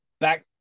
back